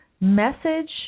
message